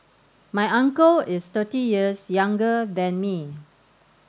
my uncle is thirty years younger than me